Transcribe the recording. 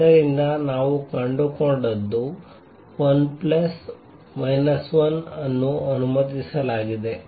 ಆದ್ದರಿಂದ ನಾವು ಕಂಡುಕೊಂಡದ್ದು l ಪ್ಲಸ್ ಮೈನಸ್ 1 ಅನ್ನು ಅನುಮತಿಸಲಾಗಿದೆ